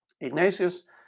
ignatius